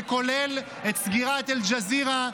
זה כולל את סגירת אל-ג'זירה,